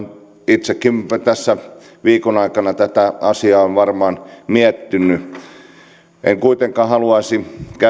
itsekin tässä viikon aikana tätä asiaa olen varmaan miettinyt en kuitenkaan haluaisi